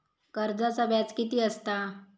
कर्जाचा व्याज कीती असता?